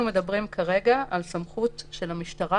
אנחנו מדברים כרגע על סמכות של המשטרה